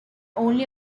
only